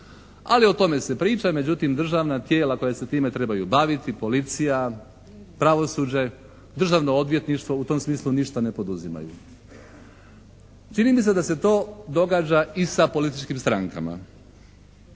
ali o tome se priča, međutim državna tijela koja se time trebaju baviti policija, pravosuđe, Državno odvjetništvu u tom smislu ništa ne poduzimaju. Čini mi se da se to događa i sa političkim strankama.